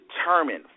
Determined